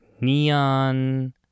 neon